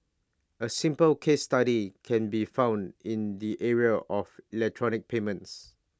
A simple case study can be found in the area of electronic payments